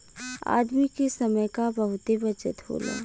आदमी के समय क बहुते बचत होला